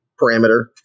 parameter